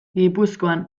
gipuzkoa